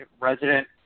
resident